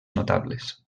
notables